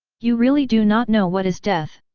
you really do not know what is death.